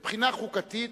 מבחינה חוקתית,